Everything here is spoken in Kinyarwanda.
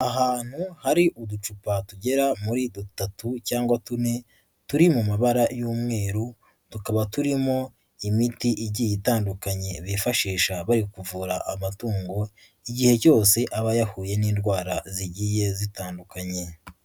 Ahantu hari uducupa tugera muri dutatu cyangwa tune turi mu mabara y'umweru, tukaba turimo imiti igiye itandukanye bifashisha bayi kuvura amatungo igihe cyose aba yahuye n'indwara zigiye zitandukanye.